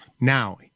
Now